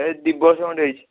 ଏ ଦୁଇ ବର୍ଷ ଖଣ୍ଡେ ହେଇଛି